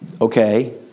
Okay